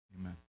Amen